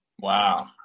Wow